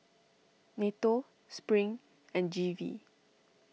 Nato Spring and G V